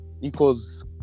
equals